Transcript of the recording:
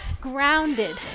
grounded